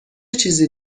چیزی